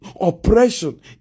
oppression